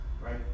right